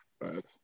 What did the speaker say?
Right